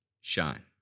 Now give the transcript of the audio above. shine